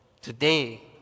today